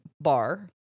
bar